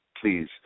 Please